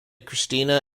cristina